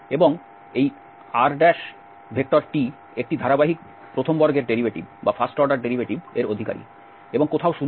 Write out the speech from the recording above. এবং এই rtএকটি ধারাবাহিক প্রথম বর্গের ডেরিভেটিভের অধিকারী এবং কোথাও 0 নেই